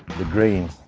the green,